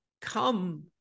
come